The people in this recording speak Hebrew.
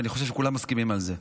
ואני חושב שכולם מסכימים לזה: